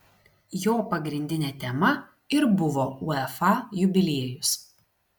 jo pagrindinė tema ir buvo uefa jubiliejus